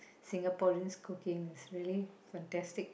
Singaporeans' cooking is really fantastic